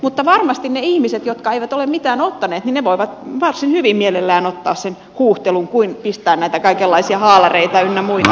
mutta varmasti ne ihmiset jotka eivät ole mitään ottaneet voivat varsin hyvin mielellään ottaa sen huuhtelun kuin pistää näitä kaikenlaisia haalareita ynnä muuta